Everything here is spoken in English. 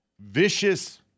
vicious